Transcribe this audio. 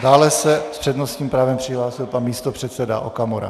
Dále se s přednostním právem přihlásil pan místopředseda Okamura.